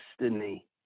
destiny